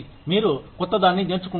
మీరు కొత్త దాన్ని నేర్చుకుంటారు